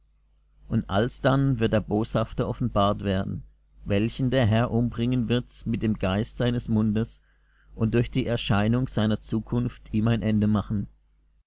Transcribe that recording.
und alsdann wird der boshafte offenbart werden welchen der herr umbringen wird mit dem geist seines mundes und durch die erscheinung seiner zukunft ihm ein ende machen